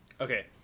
Okay